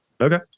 okay